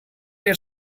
your